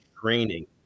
training